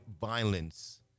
violence